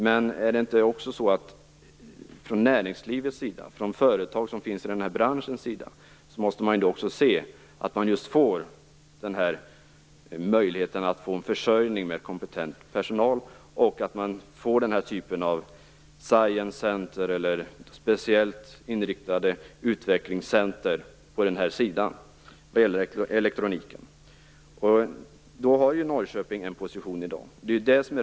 Men är det inte också så att näringslivet, de företag som finns inom den här branschen, måste se att de får just den här möjligheten till försörjning med kompetent personal och får den här typen av science centre eller speciellt inriktade utvecklingscentrum vad gäller elektroniken? Då har Norrköping en position i dag.